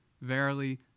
Verily